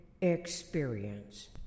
experience